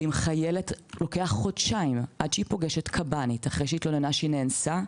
אם לוקח חודשיים עד שחיילת פוגשת קב"נית לאחר שהיא התלוננה שהיא נאנסה,